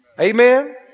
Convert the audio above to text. Amen